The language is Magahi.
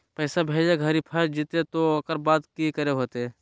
पैसा भेजे घरी फस जयते तो ओकर बाद की करे होते?